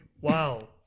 wow